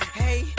hey